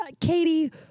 Katie